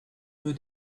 peu